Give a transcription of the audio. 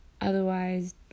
otherwise